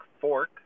fork